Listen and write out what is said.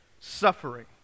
suffering